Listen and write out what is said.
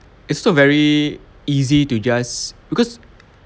it's so very easy to just because